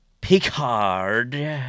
Picard